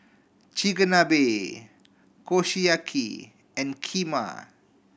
Chigenabe Kushiyaki and Kheema